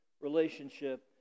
relationship